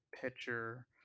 pitcher